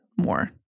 more